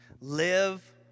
Live